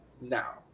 now